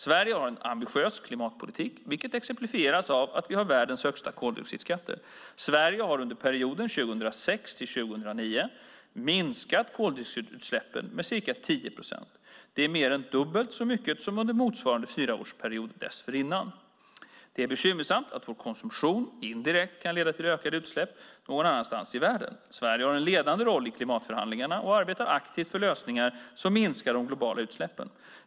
Sverige har en ambitiös klimatpolitik, vilket exemplifieras av att vi har världens högsta koldioxidskatter. Sverige har under perioden 2006-2009 minskat koldioxidutsläppen med ca 10 procent. Det är mer än dubbelt så mycket som under motsvarande fyraårsperiod dessförinnan. Det är bekymmersamt att vår konsumtion indirekt kan leda till ökade utsläpp någon annanstans i världen. Sverige har en ledande roll i klimatförhandlingarna och arbetar aktivt för lösningar som minskar de globala utsläppen.